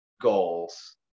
goals